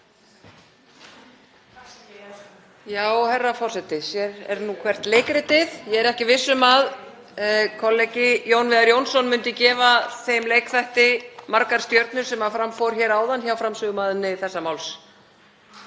Herra forseti. Sér er nú hvert leikritið. Ég er ekki viss um að kollegi Jón Viðar Jónsson myndi gefa þeim leikþætti margar stjörnur sem fram fór hér áðan hjá framsögumanni þessa máls.